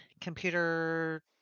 computer